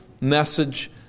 message